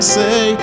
say